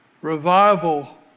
revival